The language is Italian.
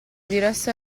diresse